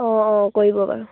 অঁ অঁ কৰিব বাৰু